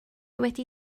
wedi